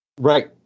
Right